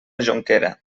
jonquera